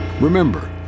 Remember